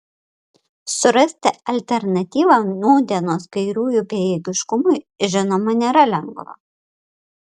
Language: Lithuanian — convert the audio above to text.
surasti alternatyvą nūdienos kairiųjų bejėgiškumui žinoma nėra lengva